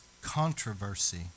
controversy